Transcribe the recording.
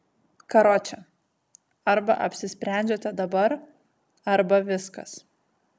karoče arba apsisprendžiate dabar arba viskas